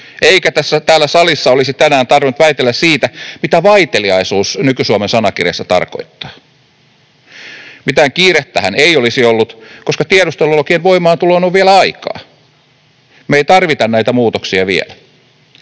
eikä täällä salissa olisi tänään tarvinnut väitellä siitä, mitä ”vaiteliaisuus” Nykysuomen sanakirjassa tarkoittaa. Mitään kiirettähän ei olisi ollut, koska tiedustelulakien voimaantuloon on vielä aikaa. Me emme tarvitse näitä muutoksia vielä.